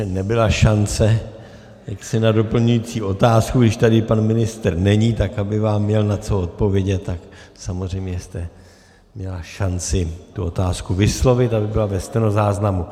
Nebyla šance na doplňující otázku, když tady pan ministr není, aby vám měl na co odpovědět, samozřejmě jste měla šanci otázku vyslovit, aby byla ve stenozáznamu.